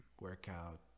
workout